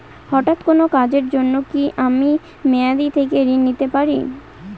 হঠাৎ কোন কাজের জন্য কি আমি মেয়াদী থেকে ঋণ নিতে পারি?